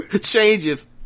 Changes